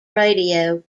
radio